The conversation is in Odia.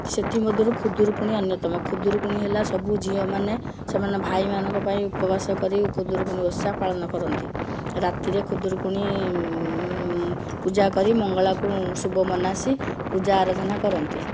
ସେଥିମଧ୍ୟରୁ ଖୁଦୁରୁକୁଣୀ ଅନ୍ୟତମ ଖୁଦୁରୁକୁଣୀ ହେଲା ସବୁ ଝିଅମାନେ ସେମାନେ ଭାଇମାନଙ୍କ ପାଇଁ ଉପବାସ କରି ଖୁଦୁରୁକୁଣୀ ଓଷା ପାଳନ କରନ୍ତି ରାତିରେ ଖୁଦୁରୁକୁଣୀ ପୂଜା କରି ମଙ୍ଗଳାଙ୍କୁ ଶୁଭ ମନାସି ପୂଜା ଆରଧନା କରନ୍ତି